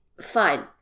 Fine